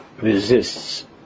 resists